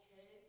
okay